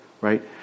right